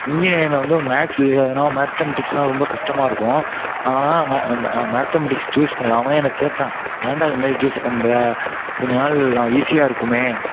இன்ஜினியரிங்கில் வந்து மேக்ஸ் வேணும் அதனால் மேத்தமேட்டிக்ஸுனா ரொம்ப கஷ்டமாக இருக்கும் அதனால தான் நம்ம மேத்தமேட்டிக்ஸ சூஸ் பண்ணலை அவனே என்னை கேட்டான் ஏண்டா இது மாரி சூஸ் பண்ணுற கொஞ்ச நாள் ஈஸியாக இருக்குமே